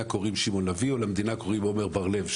קוראים שמעון לביא או למדינה קוראים עמר בר לב,